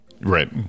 Right